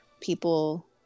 people